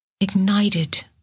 ignited